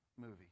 movie